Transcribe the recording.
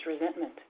resentment